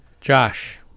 Josh